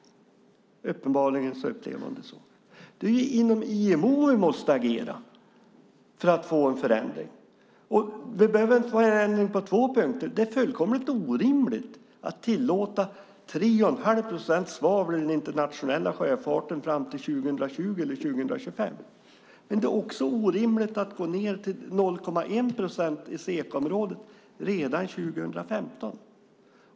Uppenbarligen upplever hon det så. Det är ju inom IMO vi måste agera för att få en förändring. Det behöver inte vara en ändring på två punkter. Det är fullkomligt orimligt att tillåta 3 1⁄2 procents svavelhalt i den internationella sjöfarten fram till 2020 eller 2025, men det är också orimligt att gå ned till 0,1 procent i SECA-området redan 2015.